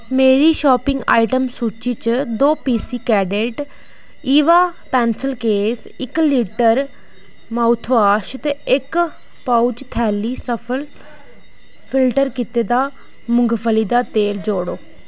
मेरी shopping item सूची च दो पीसी कैडेट ईवा पैंसल केस इक लीटर लिस्ट्रीन माउथवाश ते इक पउच थैली सफल फिल्टर कीते दा मुंगफली दा तेल जोड़ो